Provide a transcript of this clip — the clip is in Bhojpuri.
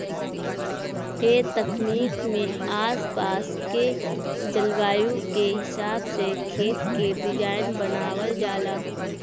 ए तकनीक में आस पास के जलवायु के हिसाब से खेत के डिज़ाइन बनावल जाला